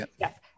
yes